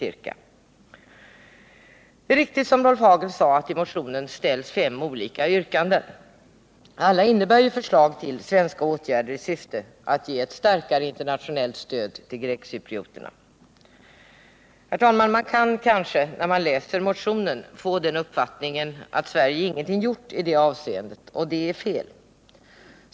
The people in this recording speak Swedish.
Det är riktigt, att i motionen ställs fem olika yrkanden. Alla innebär förslag till svenska åtgärder i syfte att ge ett starkare internationellt stöd till grekcyprioterna. Herr talman! Man kan kanske, när man läser motionen, få den uppfattningen att Sverige ingenting gjort i det avseendet, och det är fel.